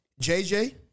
JJ